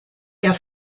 der